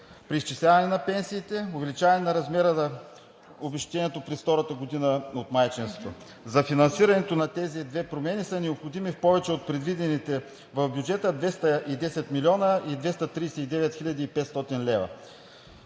преизчисляване на пенсиите, увеличаване размера на обезщетението през втората година от майчинството. За финансирането на тези две промени са необходими повече от предвидените в бюджета 210 млн. 239 хил. 500 лв.